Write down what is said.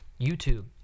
YouTube